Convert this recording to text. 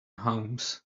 homes